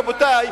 רבותי,